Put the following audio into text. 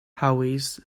hawys